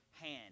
hand